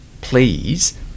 please